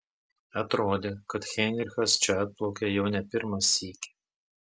atrodė kad heinrichas čia atplaukia jau ne pirmą sykį